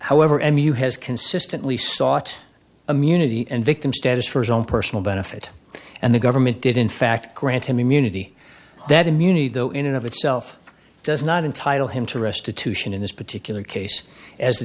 however m u has consistently sought immunity and victim status for his own personal benefit and the government did in fact grant him immunity that immunity though in and of itself does not entitle him to restitution in this particular case as